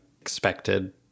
expected